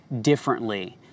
differently